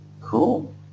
Cool